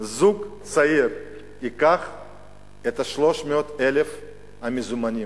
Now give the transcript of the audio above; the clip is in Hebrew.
זוג צעיר ייקח את ה-300,000 מזומנים?